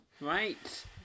Right